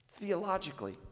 theologically